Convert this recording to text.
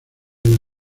del